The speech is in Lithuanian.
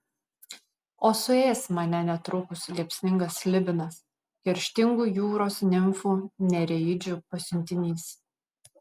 o suės mane netrukus liepsningas slibinas kerštingų jūros nimfų nereidžių pasiuntinys